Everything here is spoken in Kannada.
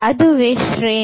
ಅದುವೇ ಶ್ರೇಣಿ